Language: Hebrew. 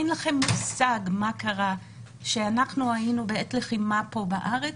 אין לכם מושג מה קרה כשהיינו בעת לחימה פה בארץ,